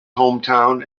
hometown